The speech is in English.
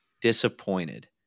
disappointed